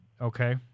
Okay